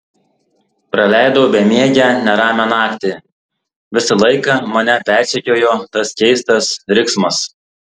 praleidau bemiegę neramią naktį visą laiką mane persekiojo tas keistas riksmas